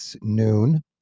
noon